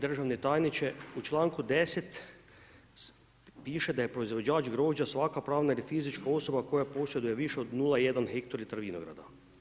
Državni tajniče, u članku 10. piše da je proizvođač grožđa svaka pravna ili fizička osoba koja posjeduje više od 0,1 hektolitra vinograda.